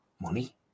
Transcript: money